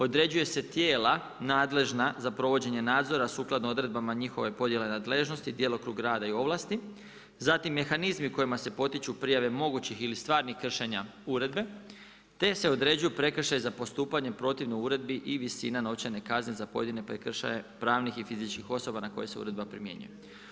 Određuju se tijela nadležna za provođenje nadzora sukladno odredbama njihove podjele nadležnosti, djelokrug rada i ovlasti zatim mehanizmi kojima se potiču prijave mogućih ili stvarnih kršenja uredbe te se određuju prekršaji za postupanje protivno uredbi i visina novčane kazne za pojedine prekršaje pravnih i fizičkih osoba na koje se uredba primjenjuje.